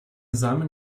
samen